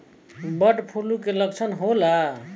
Bird flu के लक्षण का होला?